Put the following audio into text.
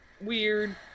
weird